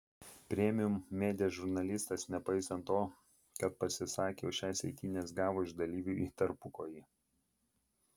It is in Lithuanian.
premium media žurnalistas nepaisant to kad pasisakė už šias eitynes gavo iš dalyvių į tarpukojį